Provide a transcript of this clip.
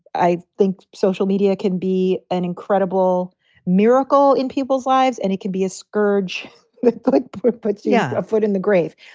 i think social media can be an incredible miracle in people's lives and it can be a scourge that like puts puts yeah a foot in the grave.